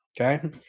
Okay